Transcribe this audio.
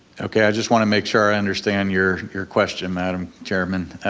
okay, i just wanna make sure i understand your your question, madam chairman.